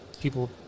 people